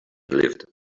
lived